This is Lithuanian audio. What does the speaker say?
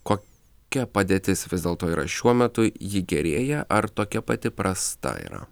kokia padėtis vis dėlto yra šiuo metu ji gerėja ar tokia pati prasta yra